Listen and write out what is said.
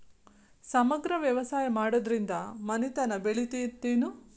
ಸಮಗ್ರ ವ್ಯವಸಾಯ ಮಾಡುದ್ರಿಂದ ಮನಿತನ ಬೇಳಿತೈತೇನು?